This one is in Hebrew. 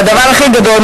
והדבר הכי גדול,